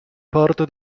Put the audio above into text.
porto